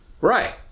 Right